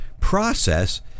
process